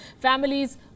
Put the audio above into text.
Families